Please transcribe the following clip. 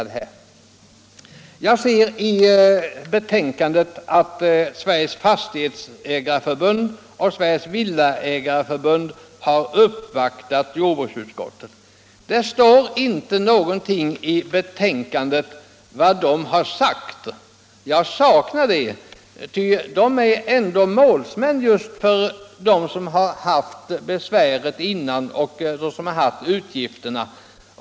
Det nämnes i betänkandet att Sveriges fastighetsägareförbund och Sveriges villaägareförbund har uppvaktat jordbruksutskottet. Det står ingenting i betänkandet om vad de har sagt. Jag saknar det, ty de är ändå målsmän för dem som hittills haft besväret och utgifterna för den uppgift det gäller.